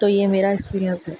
تو یہ میرا ایکسپیریئنس ہے